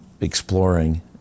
exploring